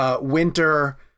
winter